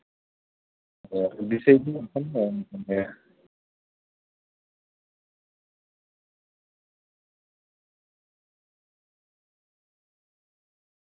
ᱫᱤᱥᱟᱹᱭ ᱵᱤᱱ ᱦᱟᱸᱜ ᱠᱷᱟᱱ ᱦᱮᱸ